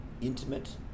intimate